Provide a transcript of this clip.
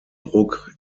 druck